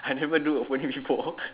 I never do opening before